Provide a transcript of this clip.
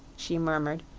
she murmured.